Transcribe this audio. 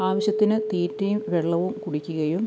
ആവശ്യത്തിന് തീറ്റയും വെള്ളവും കുടിക്കുകയും